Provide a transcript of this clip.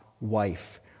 wife